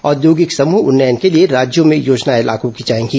औद्योगिक समूह उन्नयन के लिए राज्यों में योजनाएं लागू की जाएंगी